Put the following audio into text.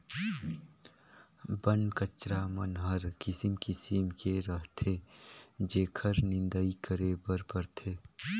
बन कचरा मन हर किसिम किसिम के रहथे जेखर निंदई करे बर परथे